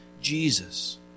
Jesus